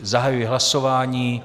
Zahajuji hlasování.